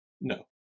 No